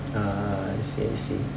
ah I see I see